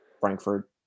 Frankfurt